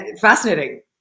Fascinating